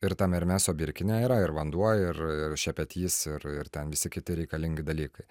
ir tam hermeso birkine yra ir vanduo ir šepetys ir ir ten visi kiti reikalingi dalykai